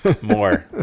More